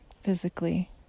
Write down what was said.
physically